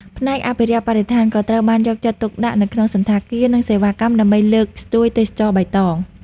ផ្នែកអភិរក្សបរិស្ថាន ក៏ត្រូវបានយកចិត្តទុកដាក់នៅក្នុងសណ្ឋាគារ និងសេវាកម្ម ដើម្បីលើកស្ទួយទេសចរណ៍បៃតង។